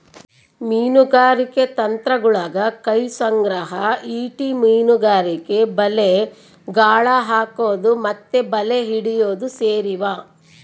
ಮೀನುಗಾರಿಕೆ ತಂತ್ರಗುಳಗ ಕೈ ಸಂಗ್ರಹ, ಈಟಿ ಮೀನುಗಾರಿಕೆ, ಬಲೆ, ಗಾಳ ಹಾಕೊದು ಮತ್ತೆ ಬಲೆ ಹಿಡಿಯೊದು ಸೇರಿವ